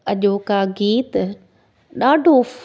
अॼो का गीत ॾाढो